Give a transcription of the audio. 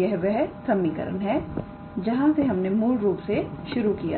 यह वह समीकरण है जहां से हमने मूल रूप से शुरू किया था